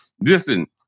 Listen